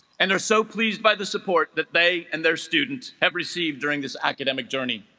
and are so pleased by the support that they and their students have received during this academic journey